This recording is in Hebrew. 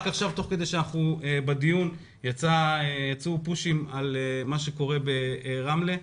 תוך כדי שאנחנו בדיון יצאו פושים על מה שקורה ברמלה.